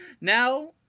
now